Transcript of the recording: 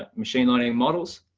ah machine learning models,